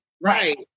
right